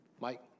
Mike